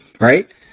right